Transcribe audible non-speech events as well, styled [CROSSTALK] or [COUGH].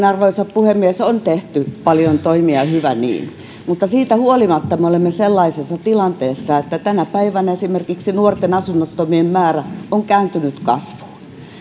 [UNINTELLIGIBLE] arvoisa puhemies on tehty paljon toimia ja hyvä niin mutta siitä huolimatta me olemme sellaisessa tilanteessa että tänä päivänä esimerkiksi nuorten asunnottomien määrä on kääntynyt kasvuun